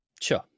Sure